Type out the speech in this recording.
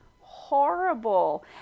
horrible